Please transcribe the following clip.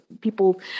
People